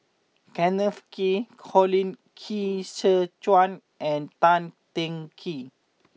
Kenneth Kee Colin Qi Zhe Quan and Tan Teng Kee